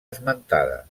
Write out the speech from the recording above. esmentada